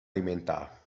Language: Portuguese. alimentar